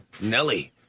Nelly